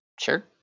Sure